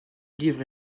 livre